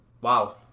Wow